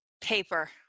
Paper